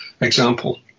example